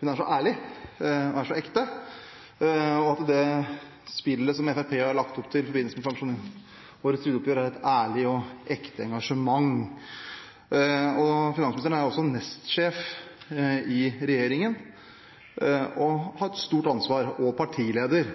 hun er så ærlig, at hun er så ekte, og at det spillet som Fremskrittspartiet har lagt opp til i forbindelse med årets trygdeoppgjør, er et ærlig og ekte engasjement. Finansministeren er jo også nestsjef i regjeringen, og har et stort ansvar, og partileder,